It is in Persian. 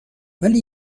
ولی